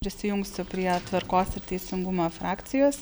prisijungsiu prie tvarkos ir teisingumo frakcijos